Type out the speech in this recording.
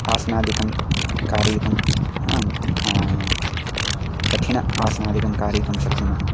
आसनादिकं कारयितुं कठिनम् आसनादिकं कारयितुं शक्नुमः